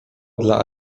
dla